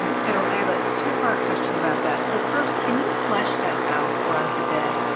um so i have a two part question about that. so first, can you flesh that out for us a bit,